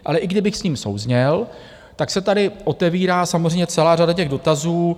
Ale i kdybych s ním souzněl, tak se tady otevírá samozřejmě celá řada těch dotazů.